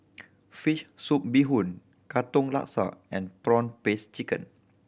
fish soup bee hoon Katong Laksa and prawn paste chicken